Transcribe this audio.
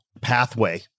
pathway